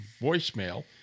voicemail